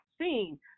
seen